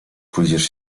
pójdziesz